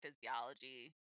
physiology